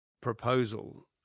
proposal